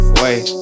wait